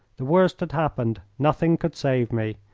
the worst had happened. nothing could save me.